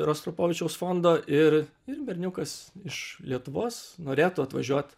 rostropovičiaus fondo ir ir berniukas iš lietuvos norėtų atvažiuot